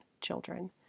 children